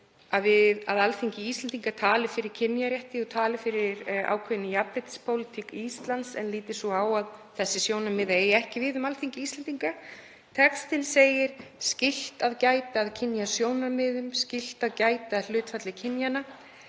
að Alþingi Íslendinga tali fyrir kynjajafnrétti og tali fyrir ákveðinni jafnréttispólitík Íslands, en líti svo á að þau sjónarmið eigi ekki við um Alþingi Íslendinga? Textinn segir „skylt að gæta að kynjasjónarmiðum“ og „skylt að gæta að hlutfalli kynjanna“,